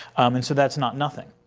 and so that's not nothing.